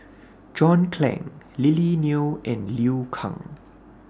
John Clang Lily Neo and Liu Kang